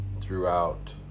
throughout